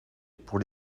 pour